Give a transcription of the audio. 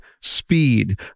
speed